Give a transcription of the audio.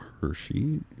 Hershey